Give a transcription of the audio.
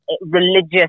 religious